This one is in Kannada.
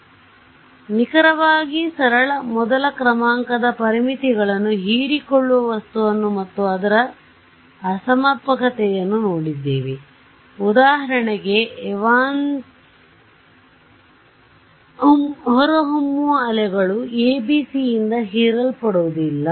ಆದ್ದರಿಂದ ನಿಖರವಾಗಿ ಸರಳ ಮೊದಲ ಕ್ರಮಾಂಕದ ಪರಿಮಿತಿಗಳನ್ನು ಹೀರಿಕೊಳ್ಳುವ ವಸ್ತುವನ್ನು ಮತ್ತು ಅದರ ಅಸಮರ್ಪಕತೆಯನ್ನು ನೋಡಿದ್ದೇವೆಉದಾಹರಣೆಗೆ ಎವಾನ್ಸಂಟ್ ಅಲೆಗಳು ಎಬಿಸಿಯಿಂದ ಹೀರಲ್ಪಡುವುದಿಲ್ಲ